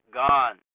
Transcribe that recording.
gone